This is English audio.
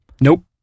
Nope